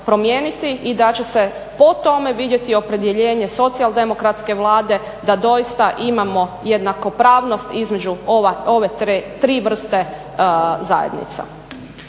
i da će se po tome vidjeti opredjeljenje socijaldemokratske Vlade da doista imamo jednakopravnost između ove tri vrste zajednica.